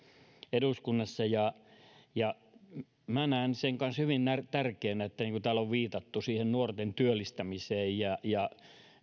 eduskunnassa ja ja minä näen sen kanssa hyvin tärkeänä täällä on viitattu nuorten työllistämiseen ja ja